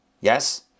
Yes